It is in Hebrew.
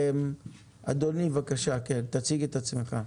אדוני, בבקשה תציג את עצמך.